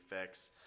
fix